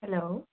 hello